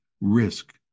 risk